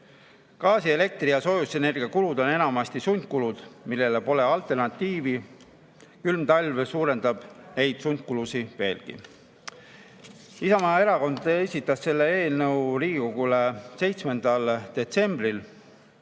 Gaasi, elektri- ja soojusenergia kulud on enamasti sundkulud, millele pole alternatiive. Külm talv suurendab neid sundkulusid veelgi. Isamaa Erakond esitas selle eelnõu Riigikogule 7. detsembril.